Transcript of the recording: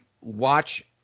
watch